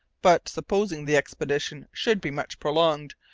but, supposing the expedition should be much prolonged,